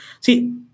see